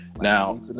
Now